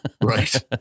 right